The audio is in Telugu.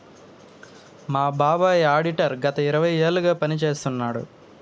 మా బాబాయ్ ఆడిటర్ గత ఇరవై ఏళ్లుగా పని చేస్తున్నాడు